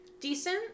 decent